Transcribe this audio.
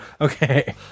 Okay